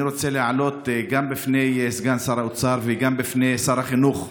אני רוצה להעלות גם בפני סגן שר האוצר וגם בפני שר החינוך,